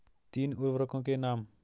तीन उर्वरकों के नाम?